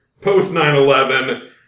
post-9-11